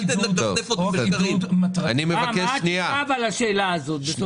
מה התשובה לשאלה הזאת?